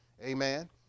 Amen